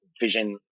vision